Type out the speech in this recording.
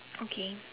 okay